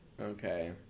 okay